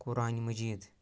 قُرآنہِ Majeed